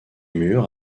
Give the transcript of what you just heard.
mur